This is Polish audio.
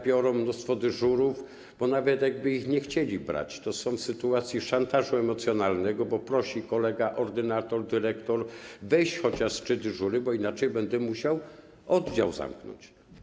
Biorą mnóstwo dyżurów, bo nawet jakby ich nie chcieli brać, to są sytuacje szantażu emocjonalnego, bo kolega, ordynator, dyrektor prosi: Weź chociaż ze trzy dyżury, bo inaczej będę musiał oddział zamknąć.